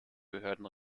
behörden